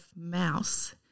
mouse